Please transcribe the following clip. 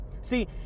See